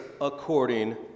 according